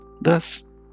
Thus